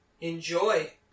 enjoy